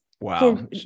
Wow